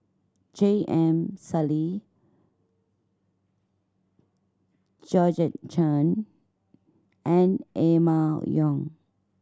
J M Sali Georgette Chen and Emma Yong